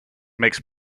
mix